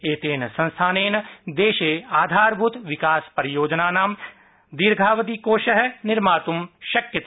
एतेन संस्थानेन देशे आधारभूत विकास परियोजनानां कृते दीर्घावधि कोषःनिर्मात् शक्यते